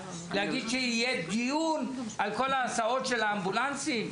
להגיד שיהיה דיון על כל ההסעות של האמבולנסים?